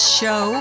show